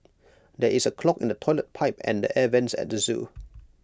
there is A clog in the Toilet Pipe and the air Vents at the Zoo